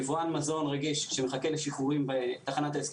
יבואן מזון רגיש שמחכה לשחרורים בתחנת ההסדר